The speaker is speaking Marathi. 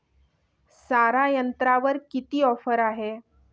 सारा यंत्रावर किती ऑफर आहे?